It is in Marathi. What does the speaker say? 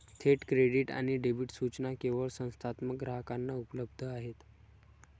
थेट क्रेडिट आणि डेबिट सूचना केवळ संस्थात्मक ग्राहकांना उपलब्ध आहेत